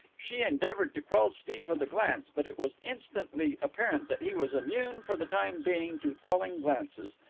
she endeavoured to quell steve with a glance, but it was instantly apparent that he was immune for the time being to quelling glances.